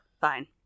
fine